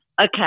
Okay